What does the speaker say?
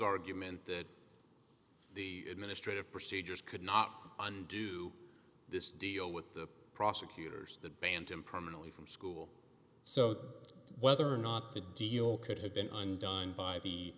argument that the administrative procedures could not undo this deal with the prosecutors that banned him permanently from school so whether or not the deal could have been undone by the